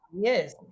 yes